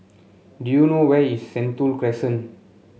do you know where is Sentul Crescent